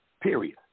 period